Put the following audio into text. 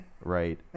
Right